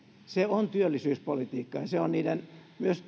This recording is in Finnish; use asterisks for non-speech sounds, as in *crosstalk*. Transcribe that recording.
se on työllisyyspolitiikkaa se on myös *unintelligible*